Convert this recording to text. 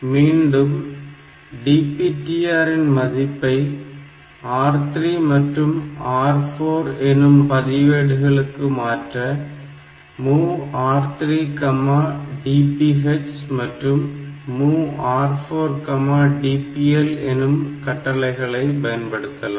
மீண்டும் DPTR இன் மதிப்பை R3 மற்றும் R4 எனும் பதிவேடுகளுக்கு மாற்ற MOV R3 DPH மற்றும் MOV R4DPL எனும் கட்டளைகளை பயன்படுத்தலாம்